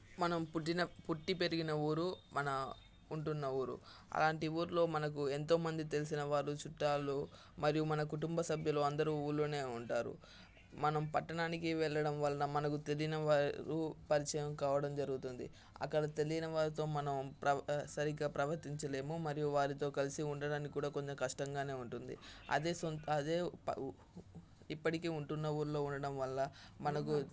మనం పుట్టిన పుట్టి పెరిగిన ఊరు మన ఉంటున్న ఊరు అలాంటి ఊర్లో మనకు ఎంతోమంది తెలిసిన వాళ్ళు చుట్టాలు మరియు మన కుటుంబ సభ్యులు అందరూ ఊరిలోనే ఉంటారు మనం పట్టణానికి వెళ్లడం వల్ల మనకు తెలియని వారు పరిచయం కావడం జరుగుతుంది అక్కడ తెలియని వారితో మనం ప్రవ సరిగ్గా ప్రవర్తించలేము మరియు వారితో కలిసి ఉండడానికి కూడా కొంచెం కష్టంగానే ఉంటుంది అదే సొం అదే ఇప్పటికీ ఉంటున్న ఊరిలో ఉండటం వల్ల మనకు